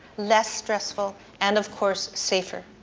less stressful, and of course, safer.